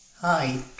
Hi